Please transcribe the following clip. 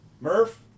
Murph